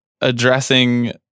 addressing